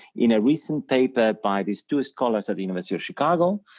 in a recent paper by these two scholars of the university of chicago,